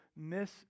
miss